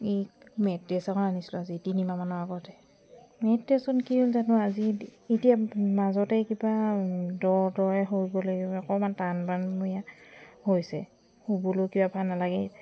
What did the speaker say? এই মেট্ৰেছ এখন আনিছিলোঁ আজি তিনিমাহ মানৰ আগতে মেট্ৰেছখন কি হ'ল জানো আজি এতিয়া মাজতে কিবা দ'ৰ দৰে হৈ গ'ল কিবা অকণমান টান টান মূৰিয়া হৈছে শুবলৈ কিয় বা নালাগে